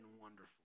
wonderful